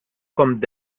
kommt